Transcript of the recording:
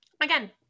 again